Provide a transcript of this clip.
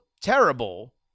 terrible